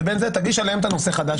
תגיש עליהם את הנושא החדש,